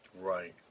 Right